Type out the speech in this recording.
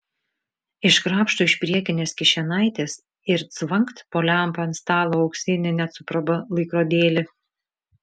iškrapšto iš priekinės kišenaitės ir cvangt po lempa ant stalo auksinį net su praba laikrodėlį